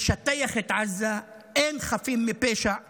לשטח את עזה, אין חפים מפשע בעזה.